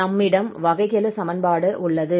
நம்மிடம் வகைக்கெழு சமன்பாடு உள்ளது